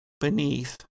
beneath